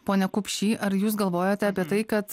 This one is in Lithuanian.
pone kupšy ar jūs galvojote apie tai kad